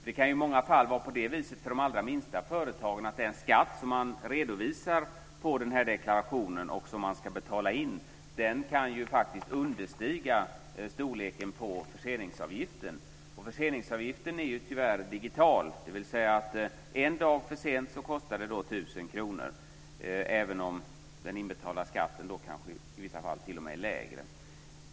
Det kan i många fall vara på det viset för de allra minsta företagen att den skatt som man redovisar på den här deklarationen och som man ska betala in faktiskt kan understiga storleken på förseningsavgiften. Förseningsavgiften är tyvärr digital, dvs. en dag för sent så kostar det 1 000 kr, även om den inbetalda skatten i vissa fall t.o.m. är lägre.